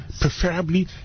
Preferably